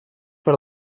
per